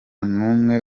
n’umwe